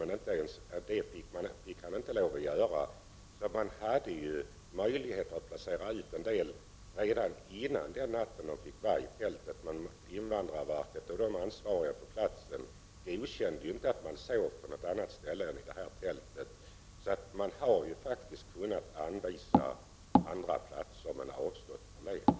Men inte ens det fick han göra. Man hade alltså möjlighet att placera ut en del av flyktingarna redan före natten i tältet. Men invandrarverket och de ansvariga på platsen godkände inte att flyktingarna sov på annat ställe än i tältet. Man kunde således faktiskt anvisa andra möjligheter. Men man avstod från det.